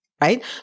right